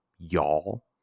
y'all